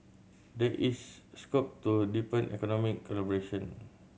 there is scope to deepen economic collaboration